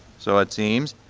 so it seems,